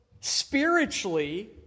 spiritually